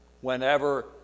whenever